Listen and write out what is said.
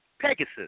Pegasus